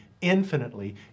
infinitely